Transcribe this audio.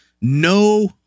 No